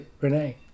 Renee